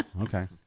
Okay